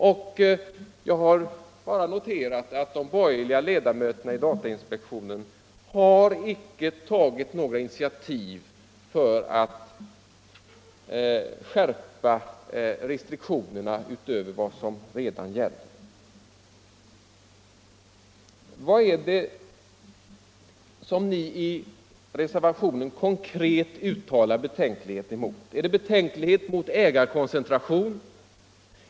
Och jag har då bara noterat att de borgerliga ledamöterna i datainspektionen inte har tagit några initiativ för att skärpa restriktionerna utöver vad som redan gäller. Vad är det konkret ni uttalar betänkligheter mot i reservationen? Är det betänkligheter mot ägarkoncentration?